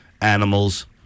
animals